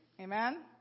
Amen